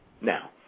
Now